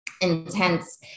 intense